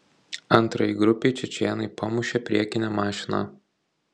antrajai grupei čečėnai pamušė priekinę mašiną